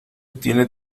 tiene